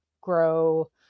grow